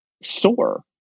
soar